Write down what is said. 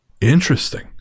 Interesting